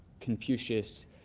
Confucius